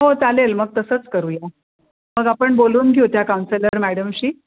हो चालेल मग तसंच करूया मग आपण बोलून घेऊ त्या काउन्सिलर मॅडमशी